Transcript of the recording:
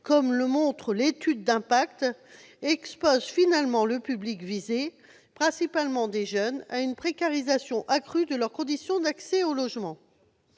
comme le montre l'étude d'impact, expose finalement le public visé, principalement des jeunes, à une précarisation accrue de leurs conditions d'accès au logement